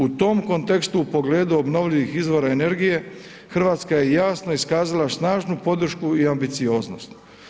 U tom kontekstu u pogledu obnovljivih izvora energije Hrvatska je jasno iskazala snažnu podršku i ambicioznost.